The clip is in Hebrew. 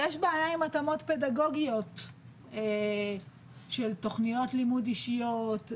יש בעיה עם התאמות פדגוגיות של תוכניות לימוד אישיות.